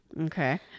Okay